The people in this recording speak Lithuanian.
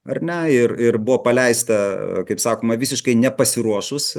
ar ne ir ir buvo paleista kaip sakoma visiškai nepasiruošus